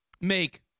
make